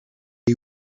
est